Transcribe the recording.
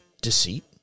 Deceit